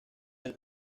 del